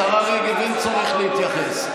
השרה רגב, אין צורך להתייחס.